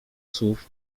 słów